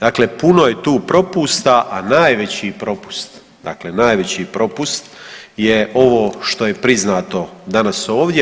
Dakle, puno je tu propusta, a najveći propust, dakle najeveći propust je ovo što je priznato danas ovdje.